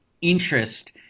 interest